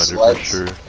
luxury